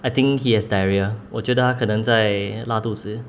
I think he has diarrhoea 我觉得可能在拉肚子